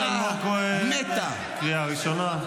חבר הכנסת אלמוג כהן, קריאה ראשונה.